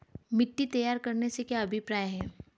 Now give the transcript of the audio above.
मिट्टी तैयार करने से क्या अभिप्राय है?